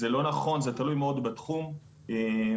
אותה חברה באותו תחום,